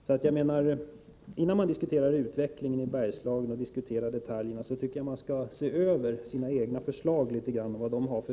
Innan moderaterna diskuterar detaljerna och utvecklingen i Bergslagen bör de se över vilken effekt deras egna förslag har.